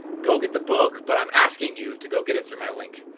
go get the book, but i'm asking you to go get it through my link,